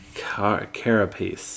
carapace